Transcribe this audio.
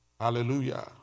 Hallelujah